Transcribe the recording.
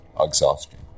Exhaustion